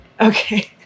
Okay